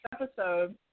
episode